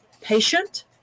patient